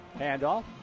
Handoff